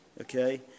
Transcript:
okay